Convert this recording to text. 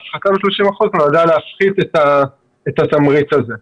ההפחתה ב-30% נועדה להפחית את התמריץ הזה.